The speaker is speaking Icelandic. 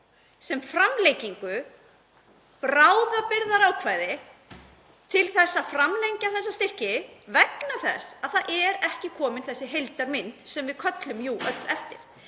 sem framlengingu, bráðabirgðaákvæði til að framlengja þessa styrki, vegna þess að það er ekki komin þessi heildarmynd sem við köllum jú öll eftir.